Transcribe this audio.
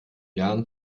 jahren